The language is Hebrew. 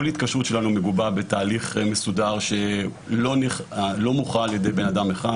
כל התקשרות שלנו מגובה בתהליך מסודר שלא מוכרע על ידי בן אדם אחד,